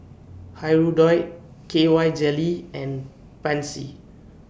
Hirudoid K Y Jelly and Pansy